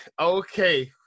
Okay